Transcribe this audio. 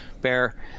Bear